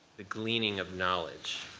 the gleaning of knowledge.